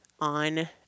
on